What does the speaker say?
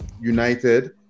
United